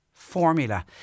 Formula